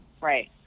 Right